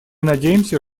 надеемся